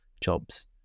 jobs